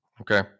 Okay